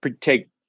take